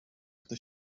kto